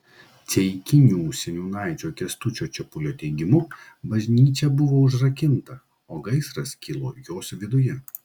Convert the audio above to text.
ceikinių seniūnaičio kęstučio čepulio teigimu bažnyčia buvo užrakinta o gaisras kilo jos viduje